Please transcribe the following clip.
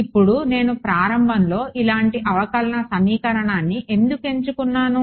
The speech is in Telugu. ఇప్పుడు నేను ప్రారంభంలో ఇలాంటి అవకలన సమీకరణాన్ని ఎందుకు ఎంచుకున్నాను